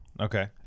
Okay